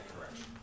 correction